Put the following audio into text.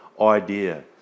idea